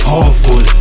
Powerful